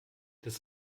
des